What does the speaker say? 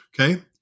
okay